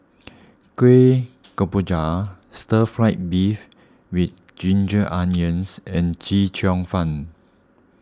Kuih Kemboja Stir Fried Beef with Ginger Onions and Chee Cheong Fun